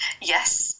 yes